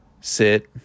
sit